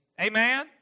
Amen